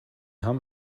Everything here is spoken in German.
hamm